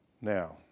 Now